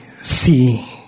see